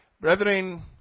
Brethren